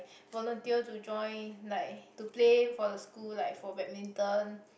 volunteer to join like to play for the school like for badminton